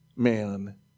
Man